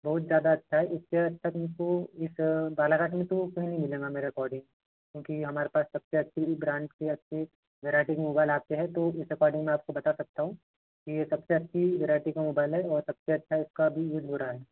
बहुत ज़्यादा अच्छा है इससे अच्छा तुमको इस बालाघाट में तो कहीं नहीं मिलेगा मेरे अकॉर्डिंग क्योंकि हमारे पास सबसे अच्छी ब्रांड से अच्छी वेराइटी की मोबाइल आते हैं तो उस अकॉर्डिंग मैं आपको बता सकता हूँ कि ये सबसे अच्छी वेराइटी का मोबाइल है और सबसे अच्छा इसका भी यूज़ हो रहा है